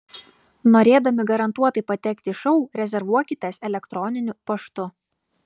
norėdami garantuotai patekti į šou rezervuokitės elektroniniu paštu